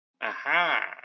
Aha